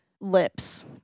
lips